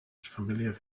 familiar